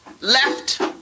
left